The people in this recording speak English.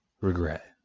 regret